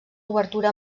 obertura